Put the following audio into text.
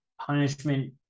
punishment